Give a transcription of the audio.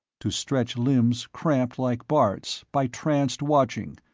to stretch limbs cramped like bart's by tranced watching,